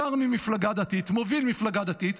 שר ממפלגה דתית מוביל מפלגה דתית,